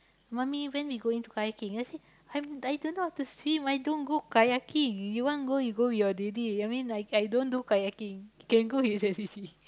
mommy when we going to Kayaking then I say I'm I don't know how to swim I don't go Kayaking you want to go you go with your daddy I mean I I don't do Kayaking can go with his daddy